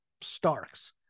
Starks